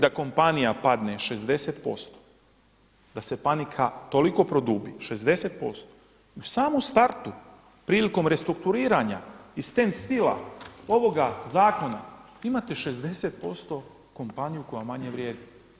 da kompanija padne 60%, da se panika toliko produbi 60% u samom startu prilikom restrukturiranja i standstilla ovoga zakona imate 60% kompaniju koja manje vrijedi.